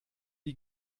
die